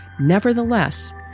Nevertheless